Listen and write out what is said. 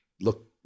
look